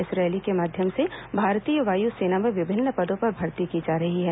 इस रैली के माध्यम से भारतीय वायु सेना में विभिन्न पदों पर भर्ती की जा रही है